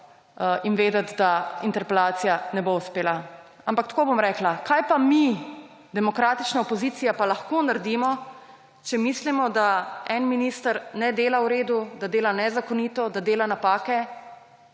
in vedeti, da interpelacija ne bo uspela. Ampak tako bom rekla, kaj pa mi, demokratična opozicija pa lahko naredimo, če mislimo, da en minister ne dela v redu, da dela nezakonito, da dela napake.